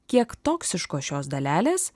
kiek toksiškos šios dalelės